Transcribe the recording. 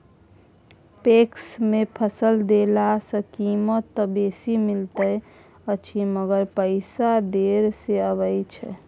PACS मे फसल देला सॅ कीमत त बेसी मिलैत अछि मगर पैसा देर से आबय छै